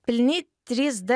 pilni trys d